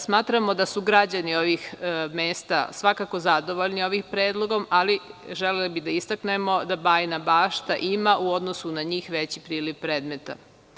Smatramo da su građani ovih mesta svakako zadovoljni ovim predlogom, ali želela bih da istaknemo da Bajina Bašta ima u odnosu na njih veći priliv predmeta.